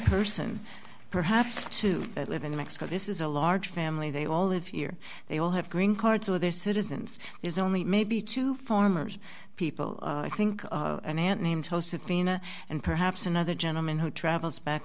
person perhaps two that live in mexico this is a large family they all live here they all have green cards with their citizens is only maybe two formers people i think an aunt named joseph ina and perhaps another gentleman who travels back